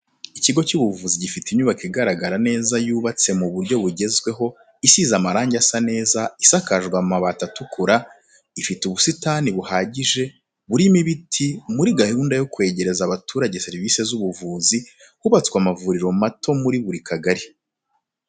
Ikigo cy'ubuvuzi gifite inyubako igaragara neza yubatse mu buryo bugezweho isize amarange asa neza isakajwe amabati atukura, ifite ubusitani buhagije, burimo n'ibiti, muri gahunda yo kwegereza abaturage serivisi z'ubuvuzi hubatswe amavuriro mato muri buri kagari.